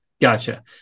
gotcha